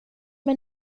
med